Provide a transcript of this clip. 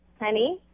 honey